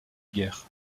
guerre